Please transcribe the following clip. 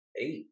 eight